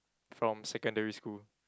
from secondary school